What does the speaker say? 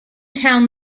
town